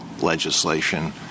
legislation